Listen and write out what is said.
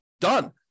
Done